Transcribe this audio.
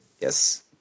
Yes